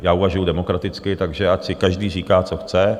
Já uvažuji demokraticky, takže ať si každý říká, co chce.